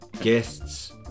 guests